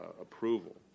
approval